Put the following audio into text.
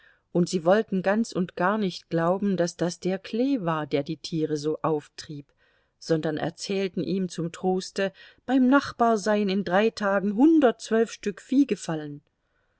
und sie wollten ganz und gar nicht glauben daß das der klee war der die tiere so auf trieb sondern erzählten ihm zum troste beim nachbar seien in drei tagen hundertzwölf stück vieh gefallen